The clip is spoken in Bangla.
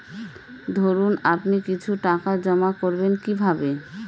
ধরুন আপনি কিছু টাকা জমা করবেন কিভাবে?